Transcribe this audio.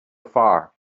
far